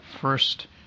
first